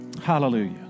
Hallelujah